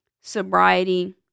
sobriety